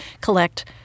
collect